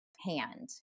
hand